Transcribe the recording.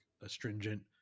astringent